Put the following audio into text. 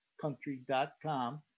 country.com